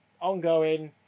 ongoing